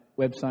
website